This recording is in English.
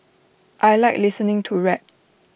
I Like listening to rap